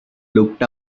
looked